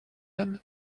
même